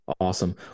Awesome